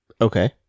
Okay